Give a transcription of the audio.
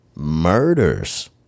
murders